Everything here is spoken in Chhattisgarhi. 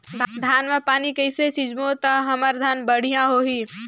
धान मा पानी कइसे सिंचबो ता हमर धन हर बढ़िया होही?